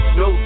no